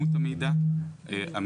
המידע הוא